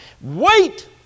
Wait